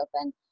open